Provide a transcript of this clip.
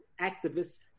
activists